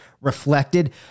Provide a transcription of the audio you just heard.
reflected